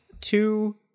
two